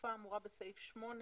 בתקופה האמורה בסעיף 8,